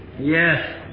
Yes